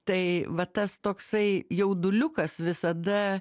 tai vat tas toksai jauduliukas visada